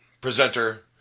presenter